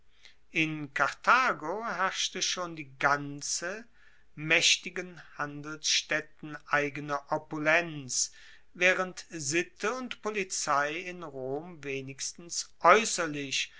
in karthago herrschte schon die ganze maechtigen handelsstaedten eigene opulenz waehrend sitte und polizei in rom wenigstens